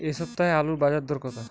এ সপ্তাহে আলুর বাজার দর কত?